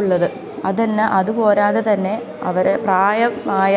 ഉള്ളത് അതല്ല അതുപോരാതെ തന്നെ അവർ പ്രായമായ